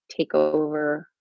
takeover